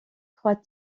trois